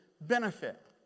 benefit